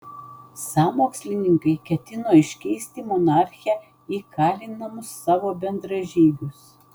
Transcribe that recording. sąmokslininkai ketino iškeisti monarchę į kalinamus savo bendražygius